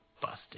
busted